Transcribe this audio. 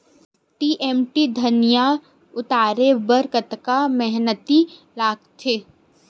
तीन एम.टी धनिया उतारे बर कतका मेहनती लागथे?